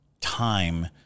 time